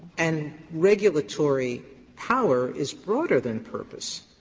and regulatory power is broader than purpose.